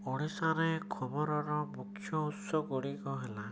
ଓଡ଼ିଶାରେ ଖବରର ମୁଖ୍ୟ ଉତ୍ସ ଗୁଡ଼ିକ ହେଲା